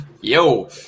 Yo